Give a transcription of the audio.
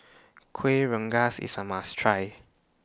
Kueh Rengas IS A must Try